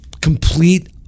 complete